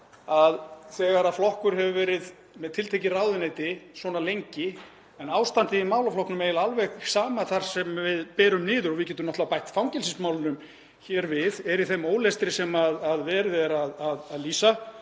að þegar flokkur hefur verið með tiltekið ráðuneyti svona lengi en ástandið í málaflokknum er eiginlega alveg hið sama hvar sem við berum niður, við getum bætt fangelsismálunum hér við, og er í þeim ólestri sem verið er að lýsa,